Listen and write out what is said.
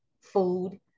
food